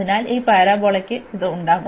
അതിനാൽ ഈ പരാബോളയ്ക്ക് ഇത് ഉണ്ടാകും